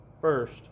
first